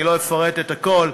אני לא אפרט את הכול.